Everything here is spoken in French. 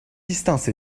distance